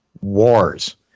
Wars